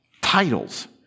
titles